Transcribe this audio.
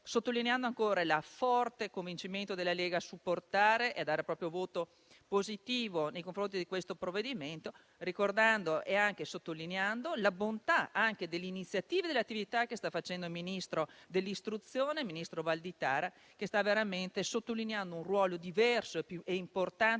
sottolineando ancora il forte convincimento della Lega a supportare e dare il proprio voto positivo nei confronti di questo provvedimento, ricordando e anche sottolineando la bontà delle iniziative e delle attività che sta portando avanti il ministro dell'istruzione Valditara, che sta veramente delineando un ruolo diverso e importante